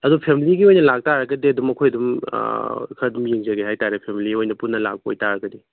ꯑꯗꯨ ꯐꯦꯃꯂꯤꯒꯤ ꯑꯣꯏꯅ ꯂꯥꯛꯇꯔꯒꯗꯤ ꯑꯗꯨꯝ ꯑꯩꯈꯣꯏ ꯑꯗꯨꯝ ꯈꯔ ꯑꯗꯨꯝ ꯌꯦꯡꯖꯒꯦ ꯍꯥꯏꯇꯔꯦ ꯐꯦꯃꯂꯤ ꯑꯣꯏꯅ ꯄꯨꯟꯅ ꯂꯥꯛꯄ ꯑꯣꯏꯇꯔꯒꯗꯤ